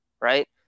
right